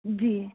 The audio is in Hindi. जी